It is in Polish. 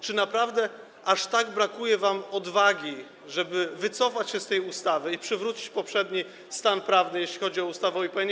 Czy naprawdę aż tak brakuje wam odwagi, żeby wycofać się z tej ustawy i przywrócić poprzedni stan prawny, jeśli chodzi o ustawę o IPN-ie?